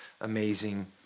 amazing